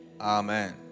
Amen